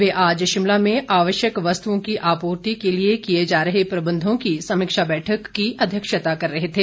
वे आज शिमला में आवश्यक वस्तुओं की आपूर्ति के लिए किए जा रहे प्रबंधों की समीक्षा बैठक की अध्यक्षता कर रहे थे